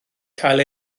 cael